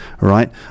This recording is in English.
right